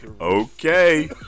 Okay